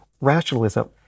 rationalism